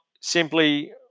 simply